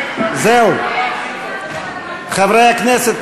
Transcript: חברי הכנסת,